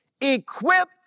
Equip